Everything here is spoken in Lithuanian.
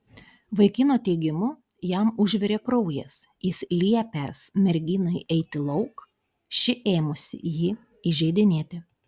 vaikino teigimu jam užvirė kraujas jis liepęs merginai eiti lauk ši ėmusi jį įžeidinėti